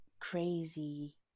crazy